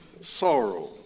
sorrow